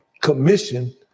commission